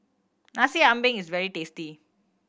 Nasi Ambeng is very tasty